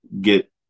get